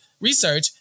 research